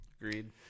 agreed